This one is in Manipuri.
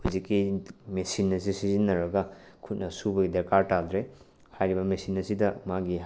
ꯍꯧꯖꯤꯛꯀꯤ ꯃꯦꯁꯤꯟ ꯑꯁꯤ ꯁꯤꯖꯤꯟꯅꯔꯒ ꯈꯨꯠꯅ ꯁꯨꯕꯒꯤ ꯗꯔꯀꯥꯔ ꯇꯥꯗ꯭ꯔꯦ ꯍꯥꯏꯔꯤꯕ ꯃꯦꯁꯤꯟ ꯑꯁꯤꯗ ꯃꯥꯒꯤ